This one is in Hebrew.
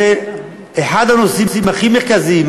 באחד הנושאים הכי מרכזיים,